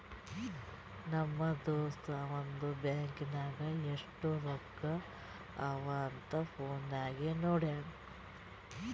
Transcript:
ನಮ್ ದೋಸ್ತ ಅವಂದು ಬ್ಯಾಂಕ್ ನಾಗ್ ಎಸ್ಟ್ ರೊಕ್ಕಾ ಅವಾ ಅಂತ್ ಫೋನ್ ನಾಗೆ ನೋಡುನ್